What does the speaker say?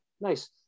nice